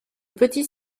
petit